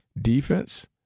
defense